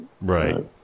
Right